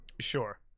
sure